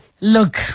Look